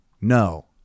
no